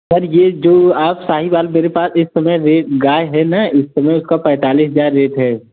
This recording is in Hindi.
सर यह जो आप साहीबाल मेरे पास इस समय रेड गाय है ना इस समय उसका पैंतालीस हज़ार रेट है